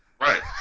Right